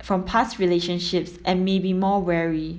from past relationships and may be more wary